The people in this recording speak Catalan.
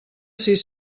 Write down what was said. sis